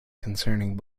concerning